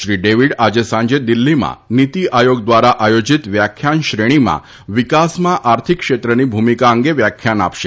Shri David આજે સાંજે દિલ્ફીમાં નિતી આયોગ દ્વારા આયોજીત વ્યાખ્યાન શ્રેણીમાં વિકાસમાં આર્થિક ક્ષેત્રની ભૂમિકા અંગે વ્યાખ્યાન આપશે